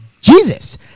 Jesus